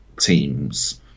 teams